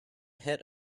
hit